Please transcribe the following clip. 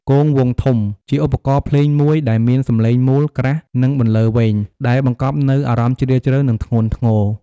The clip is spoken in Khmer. គងវង់ធំ ជាឧបករណ៍ភ្លេងមួយដែលមានសំឡេងមូល ក្រាស់ និងបន្លឺវែង ដែលបង្កប់នូវអារម្មណ៍ជ្រាលជ្រៅ និងធ្ងន់ធ្ងរ។